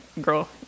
girl